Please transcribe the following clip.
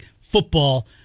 football